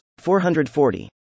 440